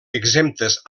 exemptes